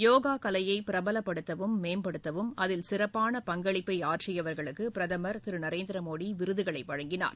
யோகா கலையை பிரபலப்படுத்தவும் மேம்படுத்தவும் அதில் சிறப்பான பங்களிப்பை ஆற்றியவர்களுக்கு பிரதமர் திரு நரேந்திர மோடி விருதுகளை வழங்கினார்